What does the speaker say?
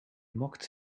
mocked